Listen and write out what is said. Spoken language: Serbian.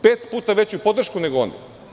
Pet puta veću podršku nego oni.